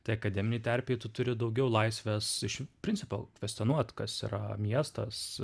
tai akademinėj terpėj tu turi daugiau laisvės iš principo kvestionuot kas yra miestas